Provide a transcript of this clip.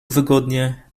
wygodnie